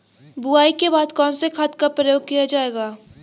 बुआई के बाद कौन से खाद का प्रयोग किया जायेगा?